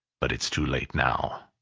but it's too late now.